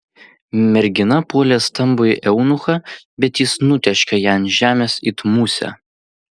mergina puolė stambųjį eunuchą bet jis nutėškė ją ant žemės it musę